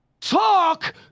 Talk